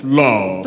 love